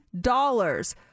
dollars